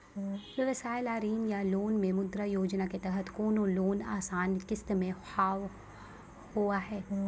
व्यवसाय ला ऋण या लोन मे मुद्रा योजना के तहत कोनो लोन आसान किस्त मे हाव हाय?